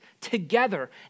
together